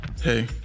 Hey